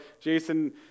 Jason